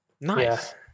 Nice